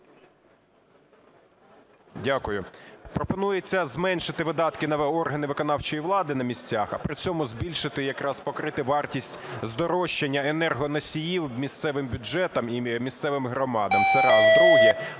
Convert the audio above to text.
Дякую. Пропонується зменшити видатки на органи виконавчої влади на місцях, а при цьому збільшити якраз, покрити вартість здорожчання енергоносіїв місцевим бюджетам і місцевим громадам. Це раз. Друге.